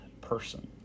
person